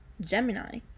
Gemini